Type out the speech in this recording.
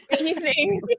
evening